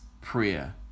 prayer